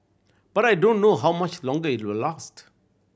but I don't know how much longer it will last